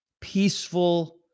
peaceful